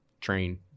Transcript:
train